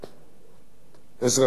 אזרחי ישראל בדואים